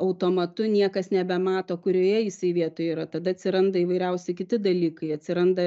automatu niekas nebemato kurioje jisai vietoj yra tada atsiranda įvairiausi kiti dalykai atsiranda